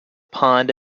pond